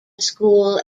school